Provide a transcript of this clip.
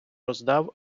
роздав